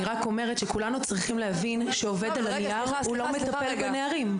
אני רק אומרת שכולנו צריכים להבין שעובד על הנייר הוא לא מטפל בנערים.